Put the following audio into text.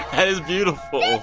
that is beautiful